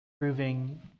proving